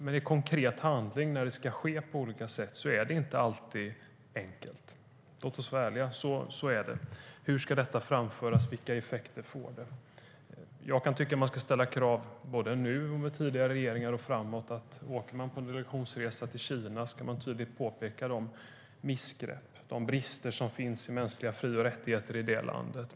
Men i konkret handling, när det ska ske på olika sätt, är det inte alltid enkelt. Låt oss vara ärliga. Så är det. Hur ska detta framföras, och vilka effekter får det? Jag kan tycka att man kan ställa krav både nu, med tidigare regeringar och framåt att om man åker på en delegationsresa till Kina ska man tydligt påpeka de missgrepp som sker och de brister som finns i mänskliga fri och rättigheter i landet.